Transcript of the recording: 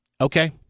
okay